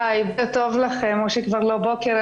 בוקר טוב לכם, או שכבר לא בוקר.